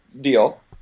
deal